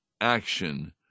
action